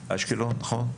מאשקלון, נכון?